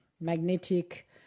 magnetic